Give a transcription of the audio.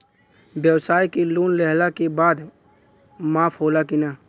ब्यवसाय के लोन लेहला के बाद माफ़ होला की ना?